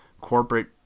corporate